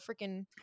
freaking